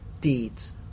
deeds